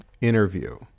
interview